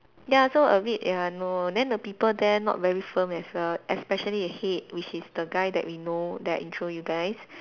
ya so a bit ya no then the people there not very firm as well especially the head which is the guy that we know that I intro you guys